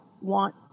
want